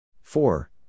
Four